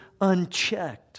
unchecked